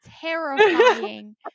Terrifying